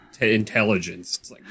intelligence